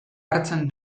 hartzen